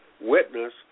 witness